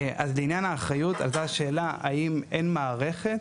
אז לעניין האחריות עלתה השאלה האם אין מערכת,